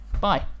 Bye